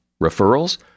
Referrals